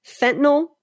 Fentanyl